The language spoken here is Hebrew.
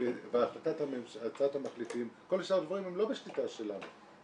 והצעת המחליטים כל שאר הדברים הם לא בשליטה שלנו.